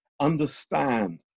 understand